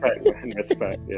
Respect